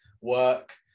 work